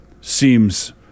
seems